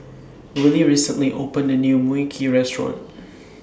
Willy recently opened A New Mui Kee Restaurant